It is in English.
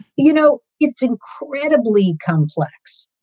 you know, it's incredibly complex,